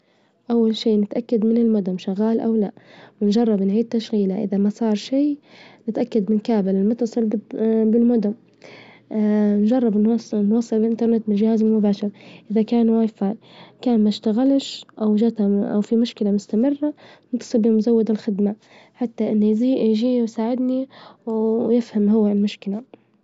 أول شي نتأكد من المودم شغال أو لا، ونجرب نعيد تشغيله، إذا ما صار شي، نتأكد من كابل المتصل بالمودم، نجرب نوصله نوفي الإنترنت لجهازه المباشر، إذا كان واي فاي كان ما اشتغلش أوجت- أوفي مشكلة مستمرة نتصل بمزودة الخدمة يجي هو يساعدني، ويفهم هوالمشكلة.